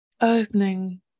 Opening